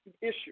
issue